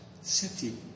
city